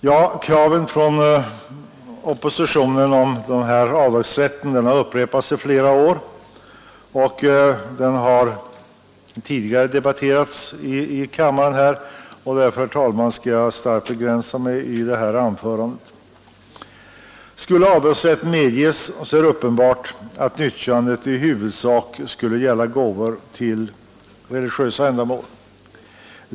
Kraven från oppositionen om denna avdragsrätt har upprepats i flera år och har tidigare debatterats i kammaren. Därför, herr talman, skall jag starkt begränsa mig i detta anförande. Skulle avdragsrätt medges så är det uppenbart att nyttjandet i huvudsak skulle gälla gåvor till religiösa ändamål.